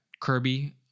Kirby